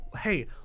hey